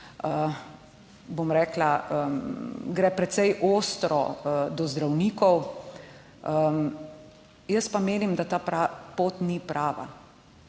bom rekla, gre precej ostro do zdravnikov. Jaz pa menim, da ta pot ni prava.